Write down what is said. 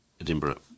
Edinburgh